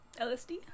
LSD